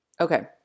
Okay